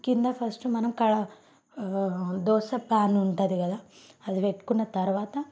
కింద ఫస్ట్ మనం కడా దోస పాన్ ఉంటుంది కదా అది పెట్టుకున్న తర్వాత